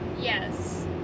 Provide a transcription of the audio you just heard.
Yes